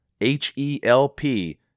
H-E-L-P